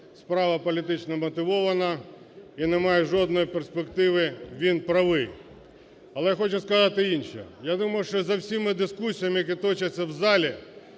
справа політично вмотивована і не має жодної перспективи, він правий. Але хочу сказати інше. Я думаю, що за всіма дискусіями, які точаться в залі